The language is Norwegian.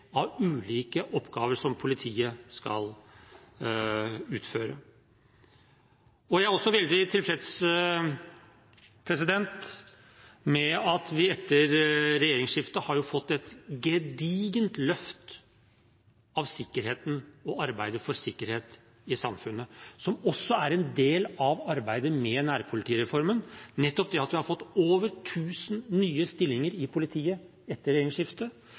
av ulike oppgaver som politiet skal utføre. Jeg er også veldig tilfreds med at vi etter regjeringsskiftet har fått et gedigent løft av sikkerheten og arbeidet for sikkerhet i samfunnet, noe som nettopp er en del av arbeidet med nærpolitireformen, ved at vi har fått over 1 000 nye stillinger i politiet etter regjeringsskiftet.